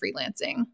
freelancing